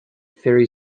ferry